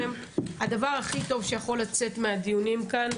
הדבר הכי טוב שיכול לצאת מן הדיונים כאן,